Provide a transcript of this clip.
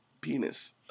penis